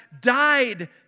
died